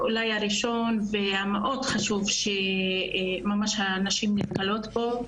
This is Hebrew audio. הראשון והמאוד חשוב שהנשים ממש נתקלות בו,